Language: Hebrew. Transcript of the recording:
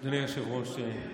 אדוני היושב-ראש, ברכות.